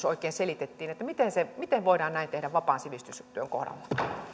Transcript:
oikein selitettiin miten voidaan näin tehdä vapaan sivistystyön kohdalla